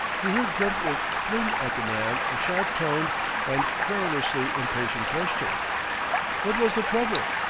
he heard brentwick fling at the man a sharp-toned and querulously impatient question what was the trouble?